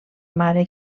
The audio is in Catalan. mare